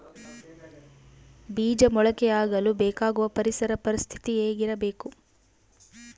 ಬೇಜ ಮೊಳಕೆಯಾಗಲು ಬೇಕಾಗುವ ಪರಿಸರ ಪರಿಸ್ಥಿತಿ ಹೇಗಿರಬೇಕು?